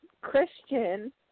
Christian